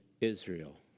Israel